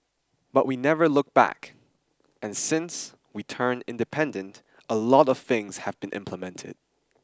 but we never look back and since we turned independent a lot of things have been implemented